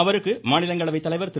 அவருக்கு மாநிலங்களவை தலைவர் திரு